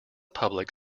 public